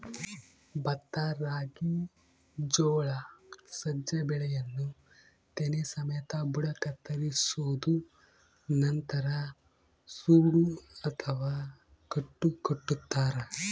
ಭತ್ತ ರಾಗಿ ಜೋಳ ಸಜ್ಜೆ ಬೆಳೆಯನ್ನು ತೆನೆ ಸಮೇತ ಬುಡ ಕತ್ತರಿಸೋದು ನಂತರ ಸೂಡು ಅಥವಾ ಕಟ್ಟು ಕಟ್ಟುತಾರ